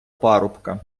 парубка